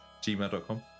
gmail.com